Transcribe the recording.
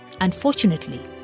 Unfortunately